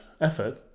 effort